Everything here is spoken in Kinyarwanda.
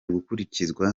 gukurikizwa